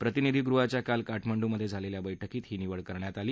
प्रतिनिधी गृहाच्या काल काठमांडूमधे झालेल्या बैठकीत ही निवड करण्यात आली